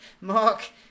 mark